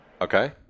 Okay